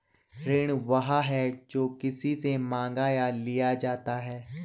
ऋण वह है, जो किसी से माँगा या लिया जाता है